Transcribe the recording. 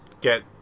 get